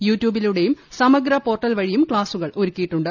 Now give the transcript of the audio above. U ട്യൂബിലൂടെയും Samagra portal വഴിയും ക്ലാസ്സുകൾ ഒരുക്കിയിട്ടുണ്ട്